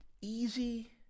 easy